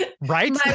Right